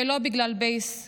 ולא בגלל בייס קולני,